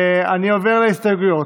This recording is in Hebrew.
אני עובר להסתייגויות.